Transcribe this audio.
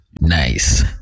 Nice